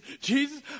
Jesus